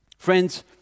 Friends